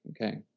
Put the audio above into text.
Okay